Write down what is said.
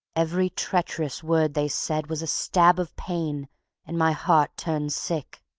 every treacherous word they said was a stab of pain and my heart turned sick.